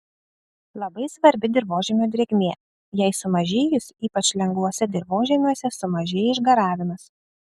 labai svarbi dirvožemio drėgmė jai sumažėjus ypač lengvuose dirvožemiuose sumažėja išgaravimas